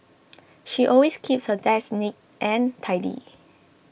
she always keeps her desk neat and tidy